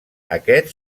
aquests